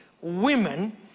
women